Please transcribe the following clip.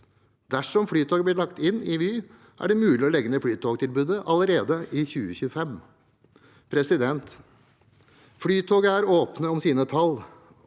Dersom Flytoget blir lagt inn i Vy, er det mulig å legge ned flytogtilbudet allerede i 2025. Flytoget er åpne om sine tall